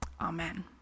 Amen